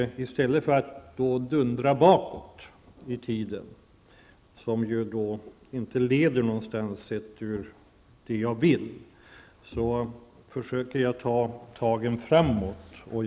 I stället för att dundra om det som skett tidigare, vilket ju inte leder någonstans, försöker jag ta tag i det som ligger framför oss.